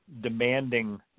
demanding